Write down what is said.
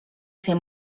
ser